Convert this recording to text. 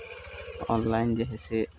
online जे हइ से